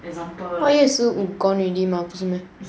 an example like